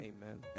Amen